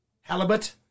Halibut